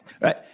right